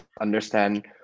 understand